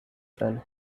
زنه